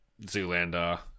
Zoolander